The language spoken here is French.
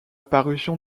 parution